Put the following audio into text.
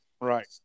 right